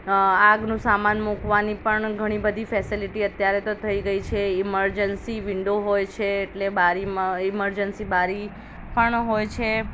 આગનો સામાન મૂકવાની પણ ઘણી બધી ફેસીલીટી અત્યારે તો થઈ ગઈ છે ઇમરજન્સી વિન્ડો હોય છે એટલે બારીમાં ઈમરજન્સી બારી પણ હોય છે